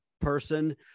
person